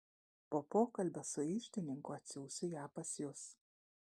po pokalbio su iždininku atsiųsiu ją pas jus